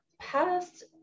past